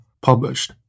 published